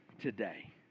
today